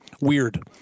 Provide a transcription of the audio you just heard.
Weird